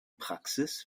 praxis